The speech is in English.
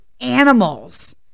animals